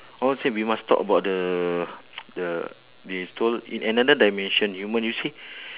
all same we must talk about the the they told in another dimension human you see